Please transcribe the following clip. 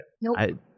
Nope